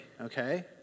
okay